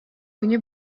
күнү